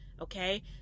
Okay